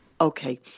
Okay